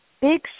big